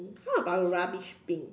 how about the rubbish bin